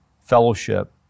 fellowship